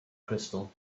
crystal